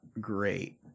great